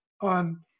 on